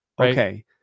okay